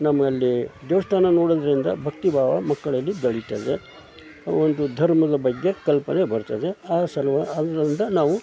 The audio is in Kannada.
ನಮ್ಮಲ್ಲಿ ದೇವಸ್ಥಾನ ನೋಡೋದರಿಂದ ಭಕ್ತಿ ಭಾವ ಮಕ್ಕಳಲ್ಲಿ ಬೆಳೀತದೆ ಒಂದು ಧರ್ಮದ ಬಗ್ಗೆ ಕಲ್ಪನೆ ಬರ್ತದೆ ಆ ಸಲುವ ಅದರಿಂದ ನಾವು